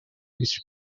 which